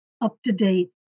up-to-date